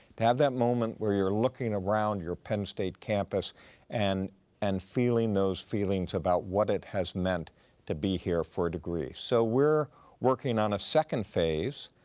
to have that moment where you're looking around your penn state campus and and feeling those feelings about what it has meant to be here for a degree. so we're working on a second phase